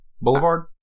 Boulevard